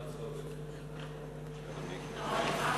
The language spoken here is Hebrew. זה חשוב מאוד מה שאמרת.